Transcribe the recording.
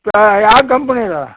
ಹಾಂ ಯಾವ ಕಂಪನಿದು